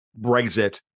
Brexit